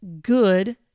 good